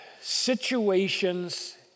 situations